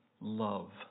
love